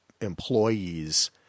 employees